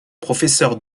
professeurs